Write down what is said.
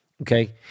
Okay